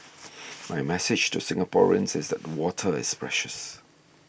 my message to Singaporeans is that water is precious